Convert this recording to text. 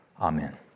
Amen